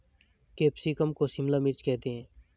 capsicum को शिमला मिर्च करते हैं